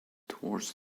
towards